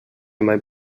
mai